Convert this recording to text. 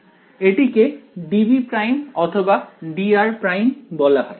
এটিকে dv' অথবা dr' বলা হয়